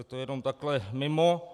To jenom takhle mimo.